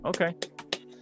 Okay